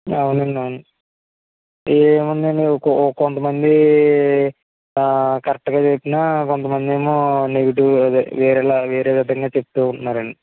అవును అండి అవును ఏముందండి ఓకో కొంతమంది ఆ కరెక్ట్గా చెప్పినా కొంతమంది ఏమో నెగటివ్ అదే వేరేలాగా వేరే విధంగా చెప్తూ ఉంటున్నారండి